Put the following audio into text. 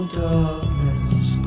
darkness